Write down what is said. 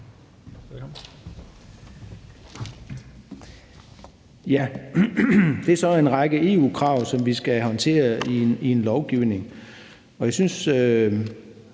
Det er så en række EU-krav, som vi skal håndtere i en lovgivning.